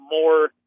more